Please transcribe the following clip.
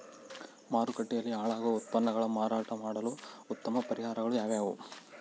ಮಾರುಕಟ್ಟೆಯಲ್ಲಿ ಹಾಳಾಗುವ ಉತ್ಪನ್ನಗಳನ್ನ ಮಾರಾಟ ಮಾಡಲು ಉತ್ತಮ ಪರಿಹಾರಗಳು ಯಾವ್ಯಾವುರಿ?